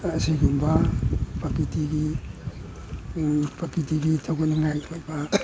ꯑꯁꯤꯒꯨꯝꯕ ꯄꯔꯀꯤꯇꯤꯒꯤ ꯄꯔꯀꯤꯇꯤꯒꯤ ꯊꯧꯒꯠꯅꯤꯉꯥꯏ ꯑꯣꯏꯕ